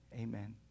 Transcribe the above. amen